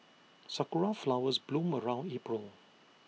Sakura Flowers bloom around April